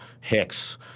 hicks